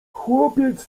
chłopiec